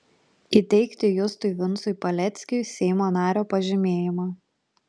įteikti justui vincui paleckiui seimo nario pažymėjimą